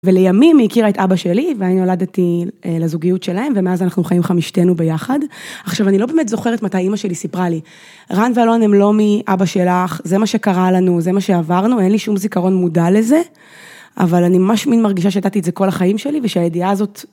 ולימים היא הכירה את אבא שלי, ואני נולדתי לזוגיות שלהם, ומאז אנחנו חיים חמישתינו ביחד. עכשיו אני לא באמת זוכרת מתי אמא שלי סיפרה לי, רן ואלון הם לא מאבא שלך, זה מה שקרה לנו, זה מה שעברנו, אין לי שום זיכרון מודע לזה, אבל אני ממש מרגישה שידעתי את זה כל החיים שלי ושהידיעה הזאת